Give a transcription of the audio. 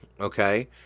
okay